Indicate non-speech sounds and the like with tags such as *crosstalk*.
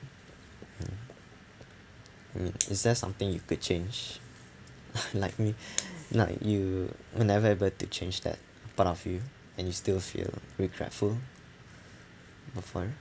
mm is there something you could change *laughs* like me like you will never ever to change that part of you and you still feel regretful